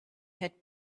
had